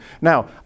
Now